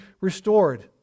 restored